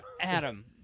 Adam